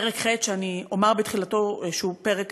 פרק ח', ואני אומר בתחילתו שהוא הפרק